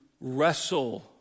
wrestle